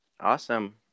awesome